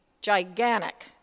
gigantic